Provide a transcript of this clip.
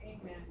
Amen